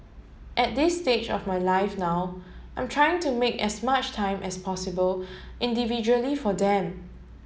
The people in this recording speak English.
at this stage of my life now I'm trying to make as much time as possible individually for them